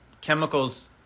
chemicals